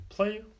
Play